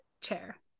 chair